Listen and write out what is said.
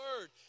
word